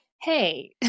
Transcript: hey